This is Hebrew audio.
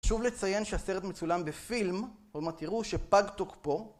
שוב לציין שהסרט מצולם בפילם, עוד מעט תראו, שפג תוקפו.